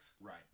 Right